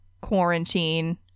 quarantine